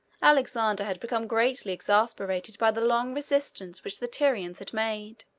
alexander had become greatly exasperated by the long resistance which the tyrians had made.